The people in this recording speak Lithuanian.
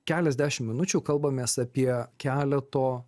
keliasdešim minučių kalbamės apie keleto